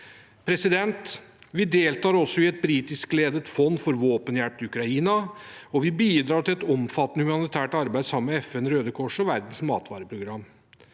effektivt. Vi deltar også i et britiskledet fond for våpenhjelp til Ukraina, og vi bidrar til et omfattende humanitært arbeid sammen med FN, Røde Kors og Verdens matvareprogram.